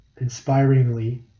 inspiringly